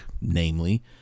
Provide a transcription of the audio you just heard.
namely